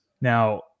now